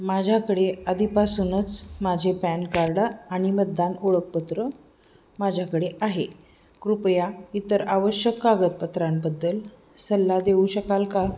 माझ्याकडे आधीपासूनच माझे पॅन कार्ड आणि मतदान ओळखपत्र माझ्याकडे आहे कृपया इतर आवश्यक कागदपत्रांबद्दल सल्ला देऊ शकाल का